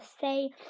say